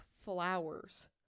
flowers